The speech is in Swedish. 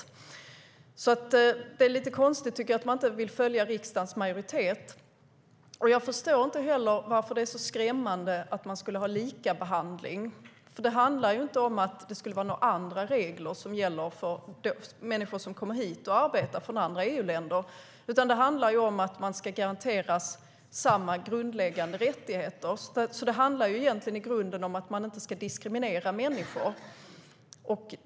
Jag tycker alltså att det är lite konstigt att man inte vill följa riksdagens majoritet. Jag förstår inte heller varför det är så skrämmande med likabehandling. Det handlar ju inte om att andra regler skulle gälla för människor som kommer hit från andra EU-länder och arbetar, utan det handlar om att de ska garanteras samma grundläggande rättigheter. Det handlar alltså i grunden om att man inte ska diskriminera människor.